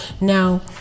Now